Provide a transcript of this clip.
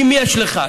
אם יש לך,